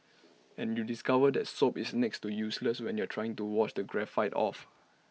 and you discover that soap is next to useless when you're trying to wash the graphite off